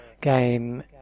game